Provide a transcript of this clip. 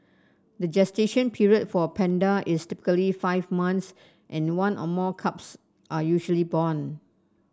the gestation period for a panda is typically five months and one or more cubs are usually born